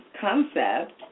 concept